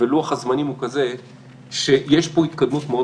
ולוח הזמנים הוא כזה שיש פה התקדמות מאוד